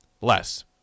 less